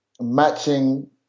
matching